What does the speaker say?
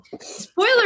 Spoiler